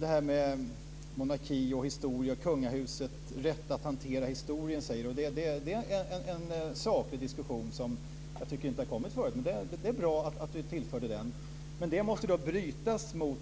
Det här med monarki, historia, kungahuset, rätt att hantera historien är en saklig diskussion som jag tycker inte har förekommit än, men jag tycker att det är bra att Sahlberg tillförde den. Men det måste brytas mot